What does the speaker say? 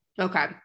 Okay